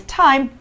time